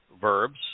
verbs